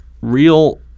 real